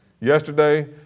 Yesterday